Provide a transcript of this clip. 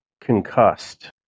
concussed